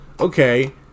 Okay